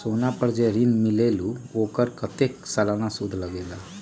सोना पर जे ऋन मिलेलु ओपर कतेक के सालाना सुद लगेल?